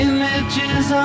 Images